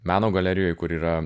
meno galerijoj kur yra